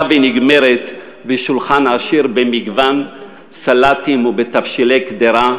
ונגמרות בשולחן עשיר במגוון סלטים ותבשילי קדירה,